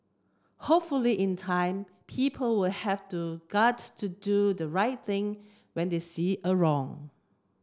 hopefully in time people will have the guts to do the right thing when they see a wrong